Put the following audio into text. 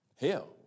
hell